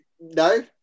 no